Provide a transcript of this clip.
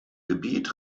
gebiet